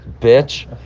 bitch